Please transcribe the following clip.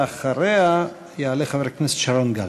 אחריה יעלה חבר הכנסת שרון גל.